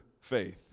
faith